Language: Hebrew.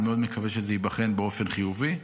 אני מאוד מקווה שזה ייבחן באופן חיובי.